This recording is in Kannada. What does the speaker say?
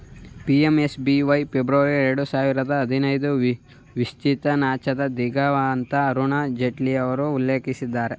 ಪಿ.ಎಮ್.ಎಸ್.ಬಿ.ವೈ ಫೆಬ್ರವರಿ ಎರಡು ಸಾವಿರದ ಹದಿನೈದು ವಿತ್ಚಿತಸಾಚವ ದಿವಂಗತ ಅರುಣ್ ಜೇಟ್ಲಿಯವರು ಉಲ್ಲೇಖಿಸಿದ್ದರೆ